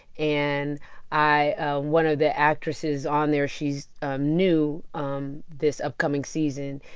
and i one of the actresses on there, she's ah new um this upcoming season.